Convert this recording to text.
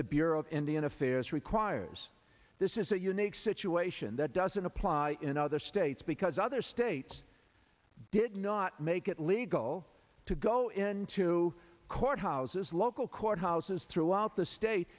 the bureau of indian affairs requires this is a unique situation that doesn't apply in other states because other states it did not make it legal to go into courthouses local courthouses throughout the state